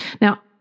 Now